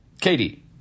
Katie